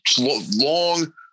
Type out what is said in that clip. long